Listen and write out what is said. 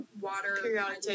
water